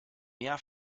mehr